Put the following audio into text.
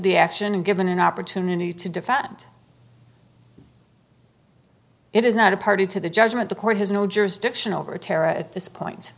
the action and given an opportunity to defend it is not a party to the judgement the court has no jurisdiction over tara at this point